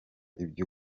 ibyo